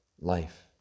life